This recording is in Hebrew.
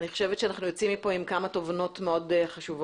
אני חושבת שאנחנו יוצאים מפה עם כמה תובנות מאוד חשובות